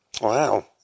Wow